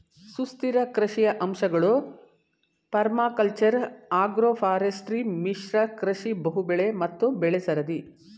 ಸುಸ್ಥಿರ ಕೃಷಿಯ ಅಂಶಗಳು ಪರ್ಮಾಕಲ್ಚರ್ ಅಗ್ರೋಫಾರೆಸ್ಟ್ರಿ ಮಿಶ್ರ ಕೃಷಿ ಬಹುಬೆಳೆ ಮತ್ತು ಬೆಳೆಸರದಿ